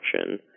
action